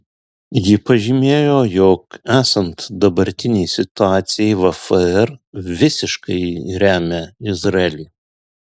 ji pažymėjo jog esant dabartinei situacijai vfr visiškai remia izraelį